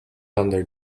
under